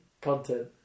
content